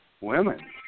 women